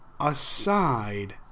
aside